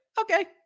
Okay